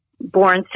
born